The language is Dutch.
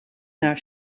naar